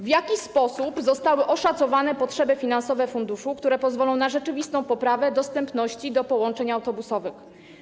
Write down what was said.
W jaki sposób zostały oszacowane potrzeby finansowe funduszu, które pozwolą na rzeczywistą poprawę dostępu do połączeń autobusowych?